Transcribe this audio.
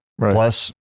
Plus